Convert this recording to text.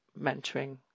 mentoring